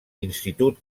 institut